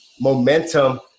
momentum